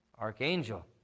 archangel